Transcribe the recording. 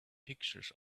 pictures